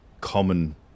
common